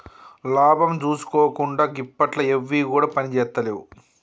లాభం జూసుకోకుండ గిప్పట్ల ఎవ్విగుడ పనిజేత్తలేవు